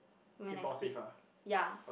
when I speak yeah